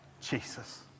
Jesus